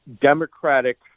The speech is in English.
Democratic